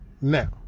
now